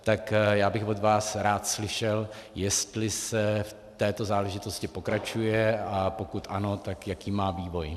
Tak já bych od vás rád slyšel, jestli se v této záležitosti pokračuje, a pokud ano, tak jaký má vývoj.